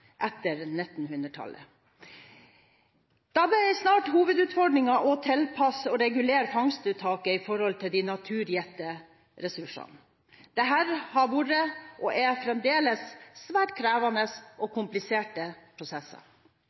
etter 1900-tallet ble snart hovedutfordringen å tilpasse og regulere fangstuttaket i forhold til de naturgitte ressursene. Dette har vært, og er fremdeles, svært krevende og kompliserte prosesser.